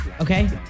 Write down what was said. Okay